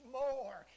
more